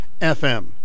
FM